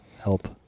Help